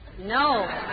No